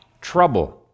trouble